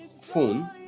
phone